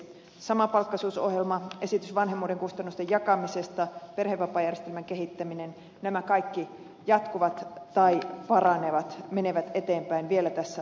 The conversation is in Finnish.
samapalkkaisuusohjelma esitys vanhemmuuden kustannusten jakamisesta perhevapaajärjestelmän kehittäminen nämä kaikki jatkuvat tai paranevat menevät eteenpäin vielä tässä loppukaudella